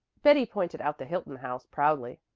betty pointed out the hilton house proudly.